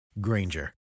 Granger